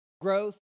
growth